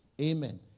Amen